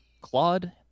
Claude